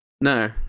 No